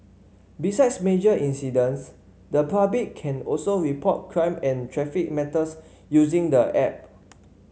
besides major incidents the public can also report crime and traffic matters using the app